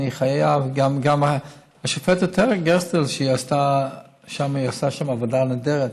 גם השופטת גרסטל עושה שם עבודה נהדרת.